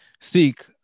seek